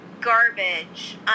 garbage